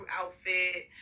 outfit